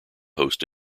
host